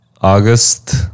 August